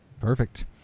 Perfect